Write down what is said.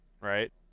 right